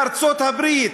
לארצות-הברית,